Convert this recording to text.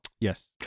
Yes